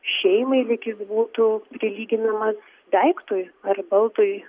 šeimai lyg jis būtų prilyginamas daiktui ar baldui